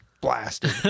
blasted